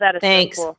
Thanks